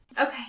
Okay